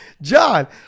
John